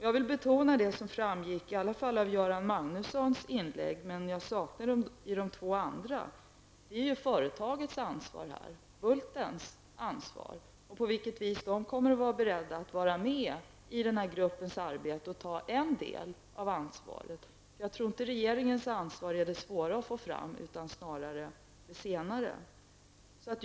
Jag vill betona något som framgick av i alla fall Göran Magnussons inlägg men som jag saknade i de två andras, nämligen att det är fråga om företagets, Bultens, ansvar. Frågan är på vilket sätt de kommer att vara beredda att vara med i gruppens arbete och ta en del av ansvaret. Jag tror inte att det svåra är att få regeringen att ta sitt ansvar, utan det svåra blir snarare att få företaget att ta sin del av ansvaret.